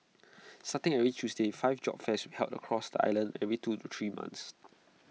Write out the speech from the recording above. starting every Tuesday five job fairs will be held across the island every two to three months